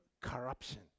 corruption